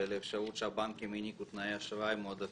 יכול להיות שהם לא עם הצלחה שמספקת את הוועדה,